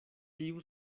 tiu